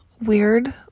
weird